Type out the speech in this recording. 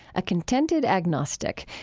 a contented agnostic,